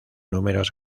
números